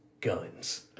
guns